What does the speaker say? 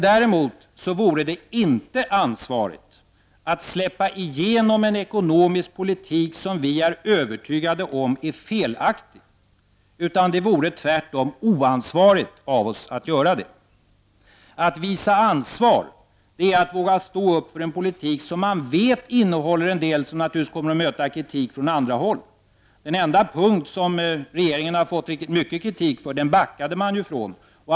Däremot vore det inte att ta ansvar att släppa igenom en ekonomisk politik som vi är övertygade om är felaktig. Tvärtom vore det oansvarigt av oss att göra det. Att visa ansvar är att våga stå upp för en politik som man vet innehåller en del som kommer att få kritik från många håll. Den enda punkt som regeringen har fått riktigt mycket kritik för backade man från.